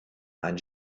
ein